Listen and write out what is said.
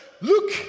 look